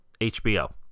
HBO